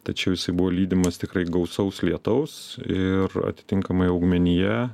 tačiau jisai buvo lydimas tikrai gausaus lietaus ir atitinkamai augmenija